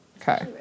Okay